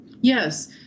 Yes